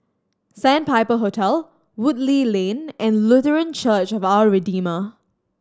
Sandpiper Hotel Woodleigh Lane and Lutheran Church of Our Redeemer